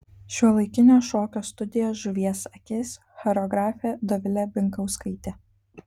šiuolaikinio šokio studija žuvies akis choreografė dovilė binkauskaitė